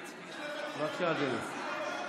בבקשה, אדוני.